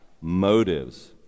motives